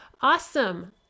awesome